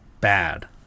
bad